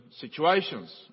situations